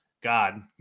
God